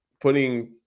putting